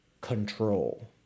control